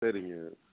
சரிங்க